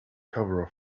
cover